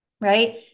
right